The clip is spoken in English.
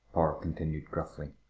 power continued gruffly.